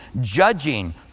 judging